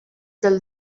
del